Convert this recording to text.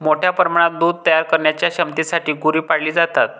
मोठ्या प्रमाणात दूध तयार करण्याच्या क्षमतेसाठी गुरे पाळली जातात